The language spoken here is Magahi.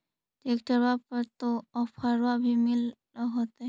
ट्रैक्टरबा पर तो ओफ्फरबा भी मिल होतै?